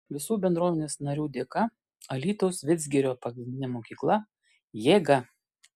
visų bendruomenės narių dėka alytaus vidzgirio pagrindinė mokykla jėga